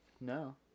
no